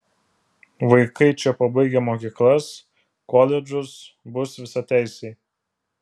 vaikai čia pabaigę mokyklas koledžus bus visateisiai